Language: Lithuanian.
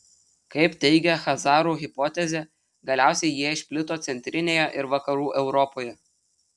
kaip teigia chazarų hipotezė galiausiai jie išplito centrinėje ir vakarų europoje